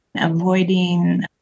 avoiding